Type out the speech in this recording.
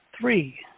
three